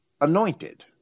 anointed